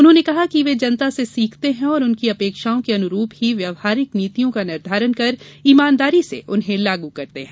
उन्होंने कहा कि वे जनता से सीखते हैं और उनकी अपेक्षाओं के अनुरूप ही व्यवहारिक नीतियों का निर्धारण कर ईमानदारी से उन्हें लागू करते हैं